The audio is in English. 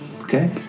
Okay